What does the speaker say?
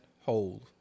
Hold